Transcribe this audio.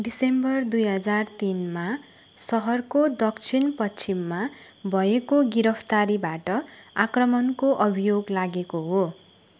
December दुई हजार तिनमा सहरको दक्षिण पश्चिममा भएको गिरफ्तारीबाट आक्रमणको अभियोग लागेको हो